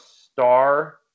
star